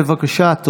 בבקשה.